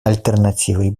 альтернативой